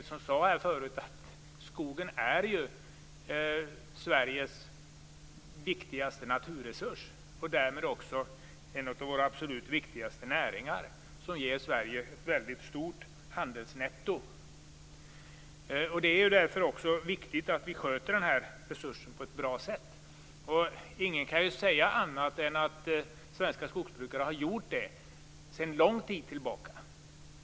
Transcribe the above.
Skogen är Sveriges viktigaste naturresurs och därmed en av våra viktigaste näringar som ger Sverige ett väldigt stort handelsnetto. Det är därför viktigt att denna resurs sköts på ett bra sätt. Ingen kan säga annat än att svenska skogsbrukare har gjort det sedan lång tid tillbaka.